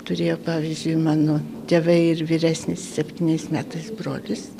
turėjo pavyzdžiui mano tėvai ir vyresnis septyniais metais brolis